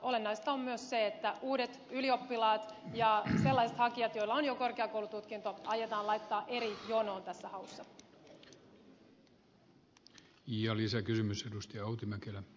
olennaista on myös se että uudet ylioppilaat ja sellaiset hakijat joilla on jo korkeakoulututkinto aiotaan laittaa eri jonoon tässä haussa